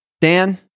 Dan